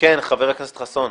כן, חבר הכנסת חסון.